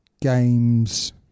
games